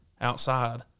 outside